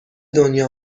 دنیا